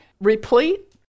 replete